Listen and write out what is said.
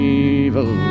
evil